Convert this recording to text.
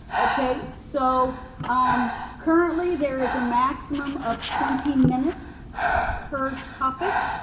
okay. so um currently there is a maximum of twenty minutes per topic.